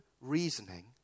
reasoning